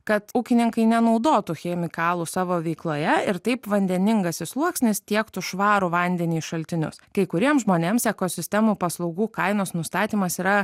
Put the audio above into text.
kad ūkininkai nenaudotų chemikalų savo veikloje ir taip vandeningasis sluoksnis tiektų švarų vandenį į šaltinius kai kuriems žmonėms ekosistemų paslaugų kainos nustatymas yra